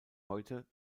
heute